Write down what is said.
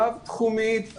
רב-תחומית,